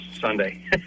Sunday